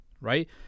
right